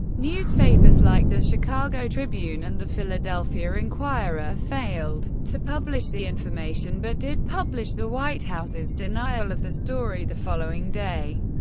newspapers like the chicago tribune and the philadelphia inquirer failed to publish the information, but did publish the white house's denial of the story the following day.